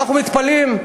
אנחנו מתפלאים,